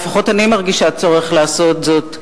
לפחות אני מרגישה צורך לעשות זאת,